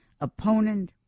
Opponent